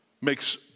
makes